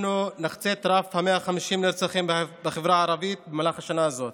אנחנו נחצה את רף ה-150 נרצחים בחברה הערבית במהלך השנה הזאת.